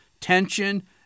tension